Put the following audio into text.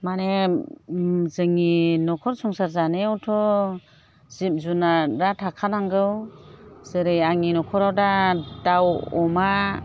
माने जोंनि न'खर संसार जानायावथ' जिब जुनादरआ थाखानांगौ जेरै आंनि न'खराव दा दाउ अमा